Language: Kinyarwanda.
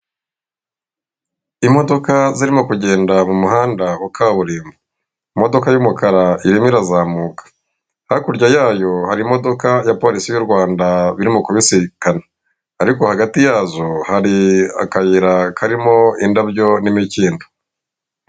Imodoka zirimo kugenda mu muhanda wa kaburimbo, imodoka y'umukara irimo irazamuka, hakurya yayo hari imodoka ya polisi y'u Rwanda birimo kubisekana, ariko hagati yazo hari akayira karimo indabyo n'imikindo.